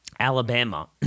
Alabama